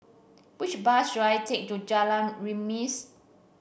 which bus should I take to Jalan Remis